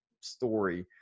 story